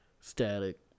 static